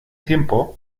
tiempo